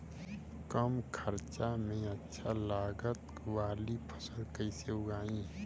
कम खर्चा में अच्छा लागत वाली फसल कैसे उगाई?